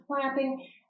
clapping